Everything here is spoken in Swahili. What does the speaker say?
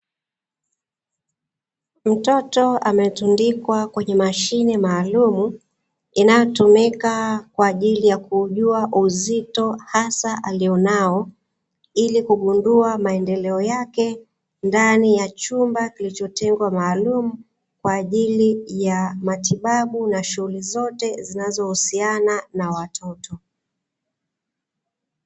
Mtoto ametundikwa kwenye mashine maalumu, inayotumika kwa ajili ya kuujua uzito hasa alionao, ili kugundua maendeleo yake, ndani ya chumba kilichotengwa maalumu, kwa ajili ya matibabu na shughuli zote zinazohusiana na watoto.